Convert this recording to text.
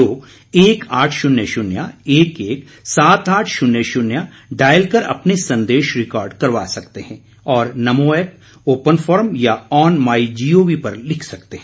लोग एक आठ शून्य शून्य एक एक सात आठ शून्य शून्य डायल कर अपने संदेश रिकार्ड करवा सकते हैं और नमो ऐप ओपन फोरम या ऑन माइ जीओवी पर लिख सकते हैं